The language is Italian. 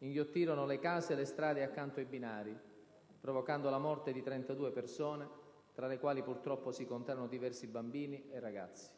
inghiottirono le case e le strade accanto ai binari, provocando la morte di 32 persone, tra le quali purtroppo si contarono diversi bambini e ragazzi.